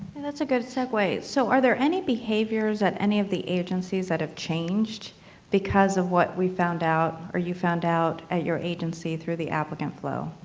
and a good segue. so are there any behaviors at any of the agencies that have changed because of what we found out or you found out at your agency through the applicant flow?